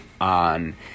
On